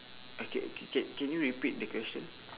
okay c~ can can you repeat the question